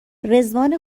رضوان